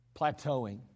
plateauing